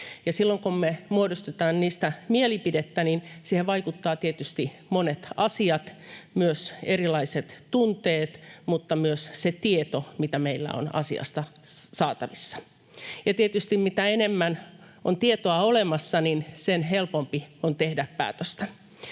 silloin kun me muodostetaan niistä mielipidettä, niin siihen vaikuttavat tietysti monet asiat, myös erilaiset tunteet, mutta myös se tieto, mitä meillä on asiasta saatavissa. Tietysti mitä enemmän on tietoa olemassa, niin sen helpompi on tehdä päätöstä.